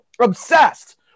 obsessed